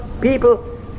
people